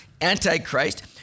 antichrist